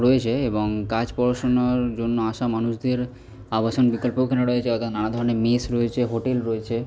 রয়েছে এবং কাজ পড়াশুনার জন্য আসা মানুষদের আবাসন বিকল্পও এখানে রয়েছে অর্থাৎ নানা ধরনের মেস রয়েছে হোটেল রয়েছে